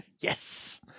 Yes